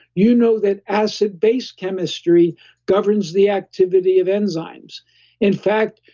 you know that acid-base chemistry governs the activity of enzymes in fact,